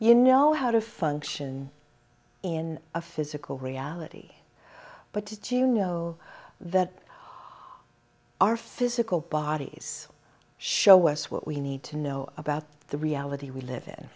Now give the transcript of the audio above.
you know how to function in a physical reality but to to know that our physical bodies show us what we need to know about the reality we live in